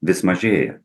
vis mažėja